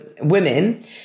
women